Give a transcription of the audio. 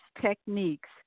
techniques